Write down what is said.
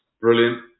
brilliant